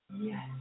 Yes